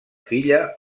filla